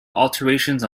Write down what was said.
alterations